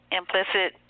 implicit